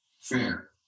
fair